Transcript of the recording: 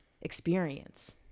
experience